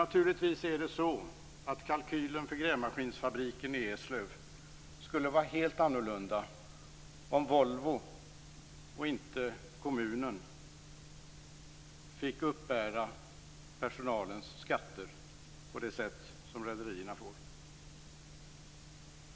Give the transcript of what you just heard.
Naturligtvis är det så att kalkylen för grävmaskinsfabriken i Eslöv skulle vara helt annorlunda om Volvo, och inte kommunen, fick uppbära personalens skatter på det sätt som rederierna får.